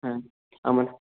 হ্যাঁ আমার